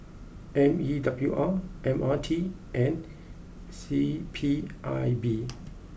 M E W R M R T and C P I B